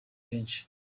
benshi